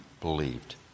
believed